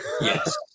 Yes